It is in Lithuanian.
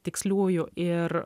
tiksliųjų ir